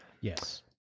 yes